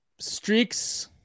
Streaks